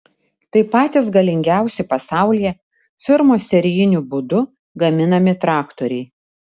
tai patys galingiausi pasaulyje firmos serijiniu būdu gaminami traktoriai